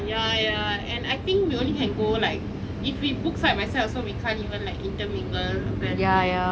ya ya and if I think we only can go like if we book side by side we can't also like intermingle apparently